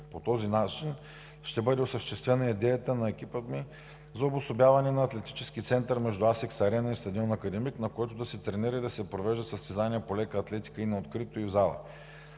По този начин ще бъде осъществена идеята на екипът ми за обособяване на атлетически център между „Асикс Арена“ и стадион „Академик“, на който да се тренира и да се провеждат състезания по лека атлетика – и на открито, и в зала.